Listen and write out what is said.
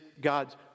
God's